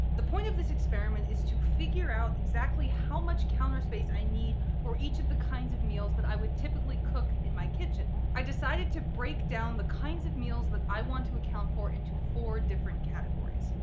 the point of this experiment is to figure out exactly how much counter space i need for each of the kinds of meals that i would typically cook in my kitchen. i decided to break down the kinds of meals that i want to account for into four different categories,